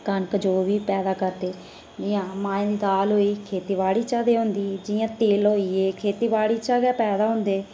कनक जो बी पैदा करदे जियां माहें दी दाल होई गेई खेतीबाड़ी चा ते हुंदी जियां तेल होई गे एह् खेतीबाड़ी चा गै पैदा होंदेे